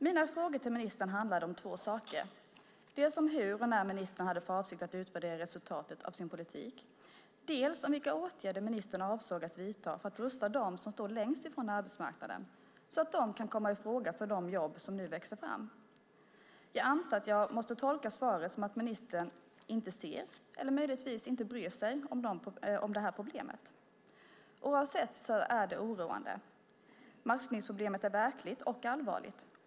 Mina frågor till ministern handlade om två saker, dels om hur och när ministern hade för avsikt att utvärdera resultatet av sin politik, dels om vilka åtgärder ministern avsåg att vidta för att rusta dem som står längst ifrån arbetsmarknaden så att de kan komma ifråga för de jobb som nu växer fram. Jag antar att jag måste tolka svaret som att ministern inte ser eller möjligtvis inte bryr sig om det här problemet. Oavsett vilket är det oroande. Matchningsproblemet är verkligt och allvarligt.